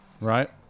right